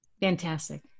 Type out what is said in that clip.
fantastic